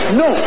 no